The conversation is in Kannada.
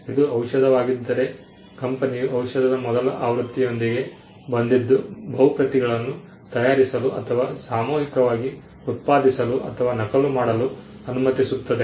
ಇದು ಔಷಧವಾಗಿದ್ದರೆ ಕಂಪನಿಯು ಔಷಧದ ಮೊದಲ ಆವೃತ್ತಿಯೊಂದಿಗೆ ಬಂದಿದ್ದು ಬಹು ಪ್ರತಿಗಳನ್ನು ತಯಾರಿಸಲು ಅಥವಾ ಸಾಮೂಹಿಕವಾಗಿ ಉತ್ಪಾದಿಸಲು ಅಥವಾ ನಕಲು ಮಾಡಲು ಅನುಮತಿಸುತ್ತದೆ